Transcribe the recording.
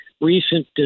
recent